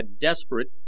Desperate